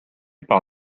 par